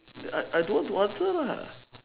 I I don't want to answer lah